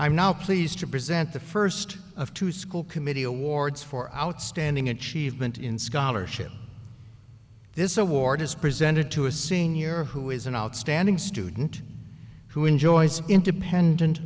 now pleased to present the first of two school committee awards for outstanding achievement in scholarship this award is presented to a senior who is an outstanding student who enjoys independent